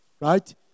right